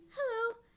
Hello